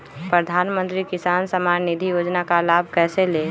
प्रधानमंत्री किसान समान निधि योजना का लाभ कैसे ले?